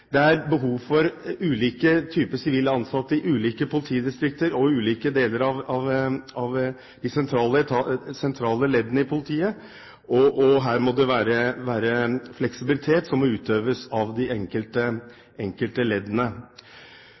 Det er behov for ulike typer sivilt ansatte i ulike politidistrikter og i ulike deler av de sentrale leddene i politiet. Her må det utøves fleksibilitet i de enkelte leddene.